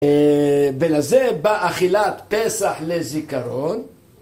ולזה בא אכילת פסח לזיכרון